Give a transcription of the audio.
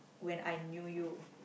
when I knew you